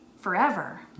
forever